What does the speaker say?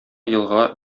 елга